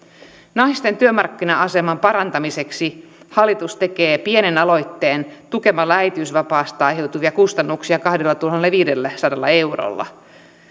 naisten työmarkkina aseman parantamiseksi hallitus tekee pienen aloitteen tukemalla äitiysvapaasta aiheutuvia kustannuksia kahdellatuhannellaviidelläsadalla eurolla